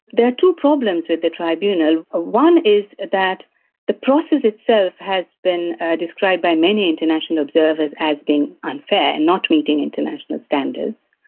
there are two problems with the tribunal. ah one is that the process itself has been described by many international observers as being unfair and not meeting international standards,